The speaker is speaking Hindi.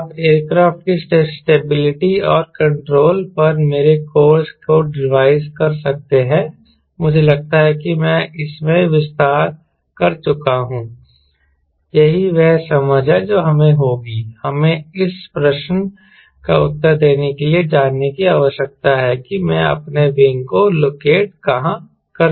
आप एयरक्राफ्ट की स्टेबिलिटी और कंट्रोल पर मेरे कोर्से को रिवाइज कर सकते हैं मुझे लगता है कि मैं इसमें विस्तार कर चुका हूं यही वह समझ है जो हमें होगी हमें इस प्रश्न का उत्तर देने के लिए जाने की आवश्यकता है कि मैं अपने विंग को लोकेट कहाँ कर सकता हूं